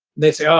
they'd say, oh,